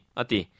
ati